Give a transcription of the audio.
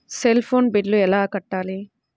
Cell phone bill ఎలా కట్టారు?